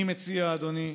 אני מציע, אדוני,